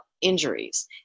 injuries